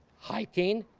hiking,